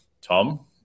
Tom